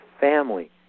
family